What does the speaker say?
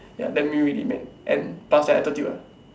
ya that make me really mad and plus the attitude ah